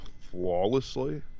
flawlessly